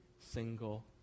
single